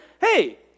Hey